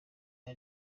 iya